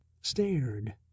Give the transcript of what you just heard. stared